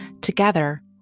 Together